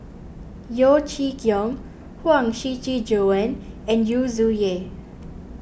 Yeo Chee Kiong Huang Shiqi Joan and Yu Zhuye